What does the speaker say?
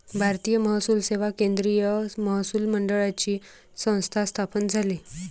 भारतीय महसूल सेवा केंद्रीय महसूल मंडळाची संस्था स्थापन झाली